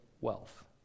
wealth